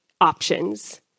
options